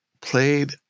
played